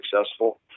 successful